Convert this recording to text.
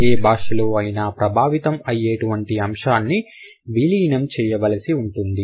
ఏ భాషలో అయినా ప్రభావితం అయ్యేటువంటి అంశాన్ని విలీనం చేయవలసి ఉంటుంది